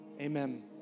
amen